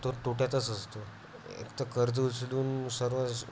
तो तोट्यातच असतो एकतर कर्ज उचलून सर्व